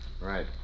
Right